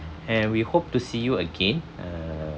and we hope to see you again err